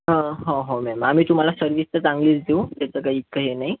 हो हो मॅम आम्ही तुम्हाला सर्व्हिस तर चांगलीच देऊ त्याचं काही इतकं हे नाही